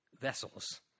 vessels